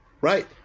Right